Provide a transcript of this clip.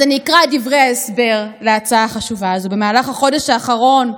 אז אני אקרא את דברי ההסבר להצעה החשובה הזאת: במהלך החודש האחרון,